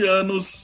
anos